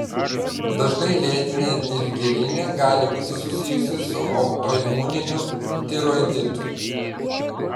dažnai lėtinė dilgėlinė gali būti susijusi su autoimuniniu tiroiditu